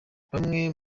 bamwe